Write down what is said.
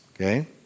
okay